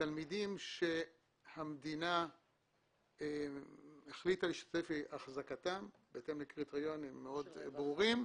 תלמידים שהמדינה החליטה להשתתף באחזקתם בהתאם לקריטריונים מאוד ברורים,